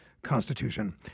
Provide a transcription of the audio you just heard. Constitution